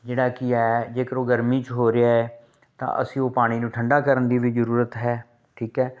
ਜਿਹੜਾ ਕੀ ਹੈ ਜੇਕਰ ਉਹ ਗਰਮੀ ਚ ਹੋ ਰਿਹਾ ਤਾਂ ਅਸੀਂ ਉਹ ਪਾਣੀ ਨੂੰ ਠੰਡਾ ਕਰਨ ਦੀ ਵੀ ਜ਼ਰੂਰਤ ਹੈ ਠੀਕ ਹੈ